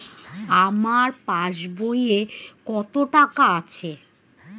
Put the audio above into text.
আমার পাস বইয়ে কত টাকা আছে?